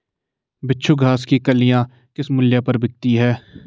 बिच्छू घास की कलियां किस मूल्य पर बिकती हैं?